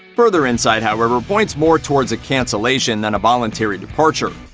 further insight, however, points more towards a cancellation than a voluntary departure.